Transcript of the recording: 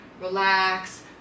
Relax